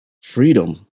Freedom